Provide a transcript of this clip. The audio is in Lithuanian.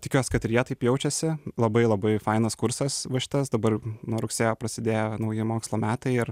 tikiuos kad ir jie taip jaučiasi labai labai fainas kursas va šitas dabar nuo rugsėjo prasidėjo nauji mokslo metai ir